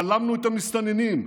בלמנו את המסתננים.